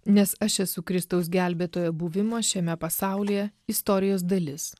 nes aš esu kristaus gelbėtojo buvimo šiame pasaulyje istorijos dalis